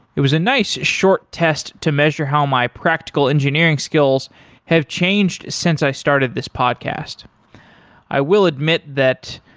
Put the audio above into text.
it was a nice short test to measure how my practical engineering skills have changed since i started this podcast i will admit that,